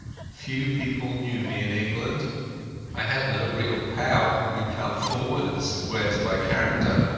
few people knew me in england i had no real pal who could come forward and swear to my character.